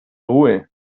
ruhe